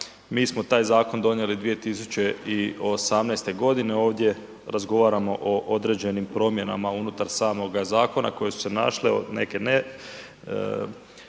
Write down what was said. Mi smo taj zakon donijeli 2018. godine, ovdje razgovaramo o određenim promjenama unutar samoga zakona koje su se našle, neke